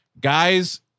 guys